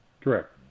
correct